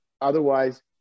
otherwise